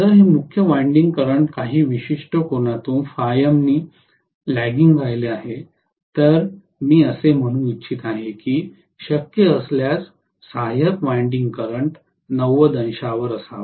जर हे मुख्य वायंडिंग करंट काही विशिष्ट कोनातून ने लग्गिंग राहिले आहे तर मी असे म्हणू इच्छित आहे की शक्य असल्यास सहाय्यक वायंडिंग करंट 90 अंशांवर असावा